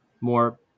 more